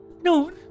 No